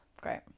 Great